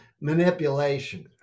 manipulation